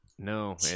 No